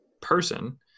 person